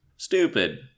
Stupid